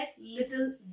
little